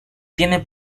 tiene